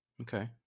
Okay